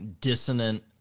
dissonant